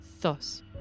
thus